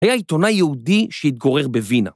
היה עיתונאי יהודי שהתגורר בווינה.